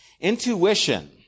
Intuition